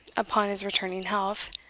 upon his returning health,